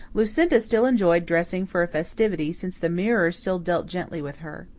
lucinda still enjoyed dressing for a festivity, since the mirror still dealt gently with her.